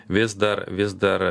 vis dar vis dar